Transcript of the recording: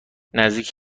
نزدیک